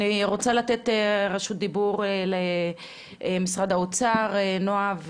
אני רוצה לתת רשות דיבור, למשרד האוצר, נועה,